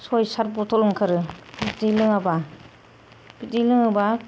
सय सात बटल ओंखारो बिदै लोङाब्ला बिदै लोङोब्ला